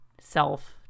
self